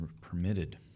permitted